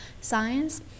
science